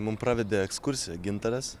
mums pravedė ekskursiją gintaras